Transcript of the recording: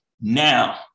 now